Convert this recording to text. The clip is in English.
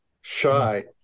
shy